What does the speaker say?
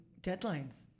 deadlines